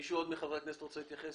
עוד מישהו מחברי הכנסת רוצה להתייחס?